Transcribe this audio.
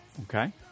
Okay